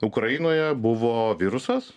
ukrainoje buvo virusas